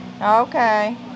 Okay